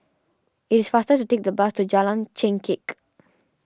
it's faster to take the bus to Jalan Chengkek